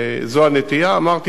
זאת הנטייה, אמרתי.